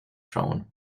shown